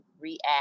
react